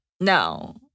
No